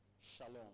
shalom